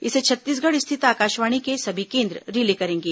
इसे छत्तीसगढ़ स्थित आकाशवाणी के सभी केंद्र रिले करेंगे